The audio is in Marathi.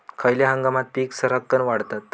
खयल्या हंगामात पीका सरक्कान वाढतत?